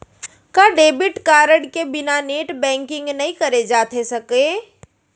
का debit card के बिना नेट बैंकिंग नई करे जाथे सके?